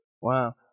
Wow